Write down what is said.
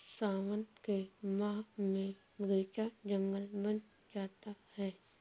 सावन के माह में बगीचा जंगल बन जाता है